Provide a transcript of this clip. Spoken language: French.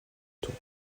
tour